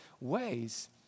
ways